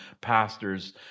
pastors